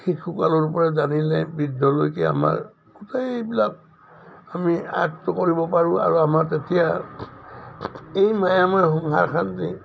শিশুকালৰপৰা জানিলে বৃদ্ধলৈকে আমাৰ গোটেইবিলাক আমি আয়ত্ব কৰিব পাৰোঁ আৰু আমাৰ তেতিয়া এই মায়ামাৰ সংসাৰখান যে